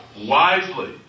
wisely